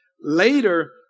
Later